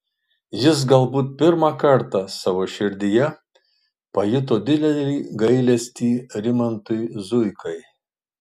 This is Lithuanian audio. jis galbūt pirmą kartą savo širdyje pajuto didelį gailestį rimantui zuikai